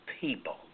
people